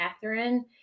Catherine